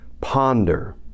ponder